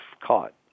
caught